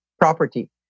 property